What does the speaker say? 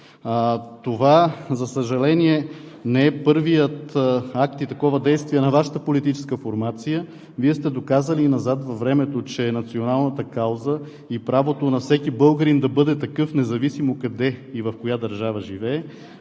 Това, за съжаление, не е първият акт и такова действие на Вашата политическа формация. Вие сте доказали назад във времето, че националната кауза и правото на всеки българин да бъде такъв, независимо къде и в коя държава живее,